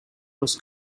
was